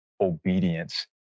obedience